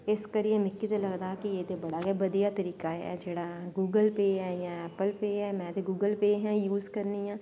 इस करियै मिगी लगदा कि बधिया तरीका ऐ जेह्ड़ा गुगल पे ऐ जां ऐपल पे ऐ में ते गुगल पे गै यूज करनी ऐं